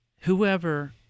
Whoever